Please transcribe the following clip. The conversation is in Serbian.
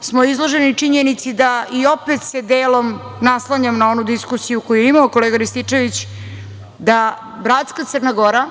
smo izloženi činjenici da, i opet se delom naslanjam na onu diskusiju koju je imao kolega Rističević, da bratska Crna Gora